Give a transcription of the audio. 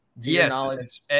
Yes